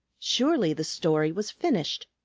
surely the story was finished.